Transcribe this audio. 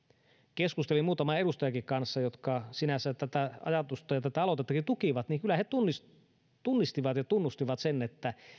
keskustelin muutaman edustajankin kanssa jotka sinänsä tätä ajatusta ja tätä aloitettakin tukivat niin kyllä he tunnistivat ja tunnustivat että